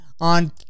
on